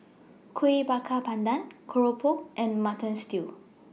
Kuih Bakar Pandan Keropok and Mutton Stew